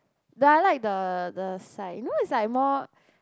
though I like the the side you know it's like